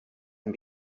and